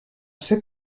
ser